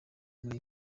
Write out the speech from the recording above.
muri